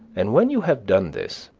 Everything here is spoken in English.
and when you have done this,